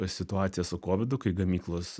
situacija su kovidu kai gamyklos